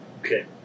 Okay